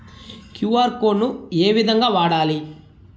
QR code ను ఏ విధంగా వాడాలి?